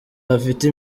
bafite